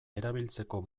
erabiltzeko